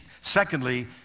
Secondly